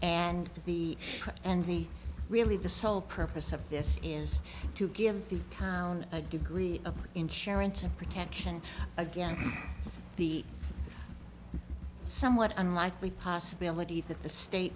and the and the really the sole purpose of this is to give the town a degree of insurance and protection against the somewhat unlikely possibility that the state